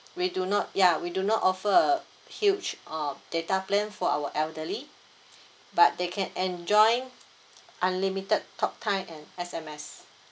we do not ya we do not offer a huge uh data plan for our elderly but they can enjoy unlimited talktime and S_M_S